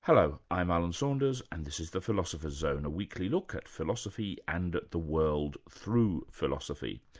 hello, i'm alan saunders and this is the philosopher's zone, a weekly look at philosophy and at the world through philosophy.